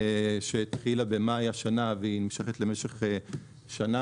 שהתחילה במאי השנה והיא נמשכת למשך שנה.